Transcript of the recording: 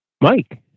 Mike